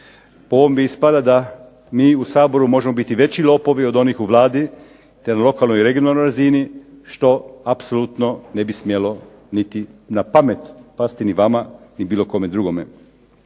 Po ovom ispada da mi u Saboru možemo biti veći lopovi od onih u Vladi, te na lokalnoj i regionalnoj razini što apsolutno ne bi smjelo niti na pamet pasti ni vama ni bilo kome drugome.